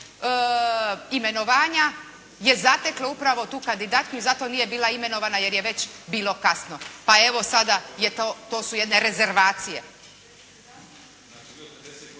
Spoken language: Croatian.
imenovanja je zateklo upravo tu kandidatkinju. Zato nije bila imenovana jer je već bilo kasno, pa evo sada je to, to su jedne rezervacije.